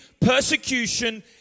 persecution